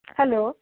hello